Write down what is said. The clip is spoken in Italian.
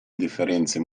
differenzia